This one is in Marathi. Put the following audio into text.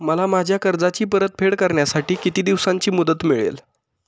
मला माझ्या कर्जाची परतफेड करण्यासाठी किती दिवसांची मुदत मिळेल?